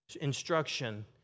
instruction